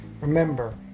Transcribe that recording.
Remember